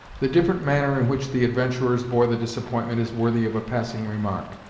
the different manner in which the adventurers bore the disappointment is worthy of a passing remark.